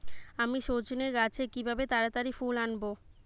আমি সজনে গাছে কিভাবে তাড়াতাড়ি ফুল আনব?